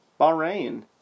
Bahrain